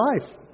life